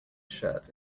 shirt